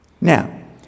Now